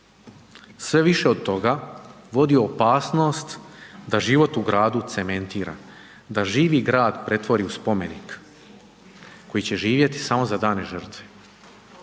Sve više od toga vodi u opasnost da život u gradu cementiramo. Da živi grad pretvori u spomenik koji će živjeti samo za dane žrtve.